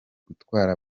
gutwara